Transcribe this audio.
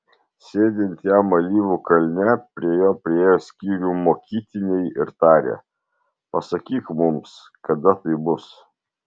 sėdint jam alyvų kalne prie jo priėjo skyrium mokytiniai ir tarė pasakyk mums kada tai bus